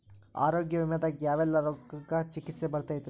ಆರೋಗ್ಯ ವಿಮೆದಾಗ ಯಾವೆಲ್ಲ ರೋಗಕ್ಕ ಚಿಕಿತ್ಸಿ ಬರ್ತೈತ್ರಿ?